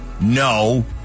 No